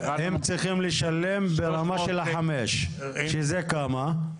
הם צריכים לשלם ברמה של חמש, שזה כמה?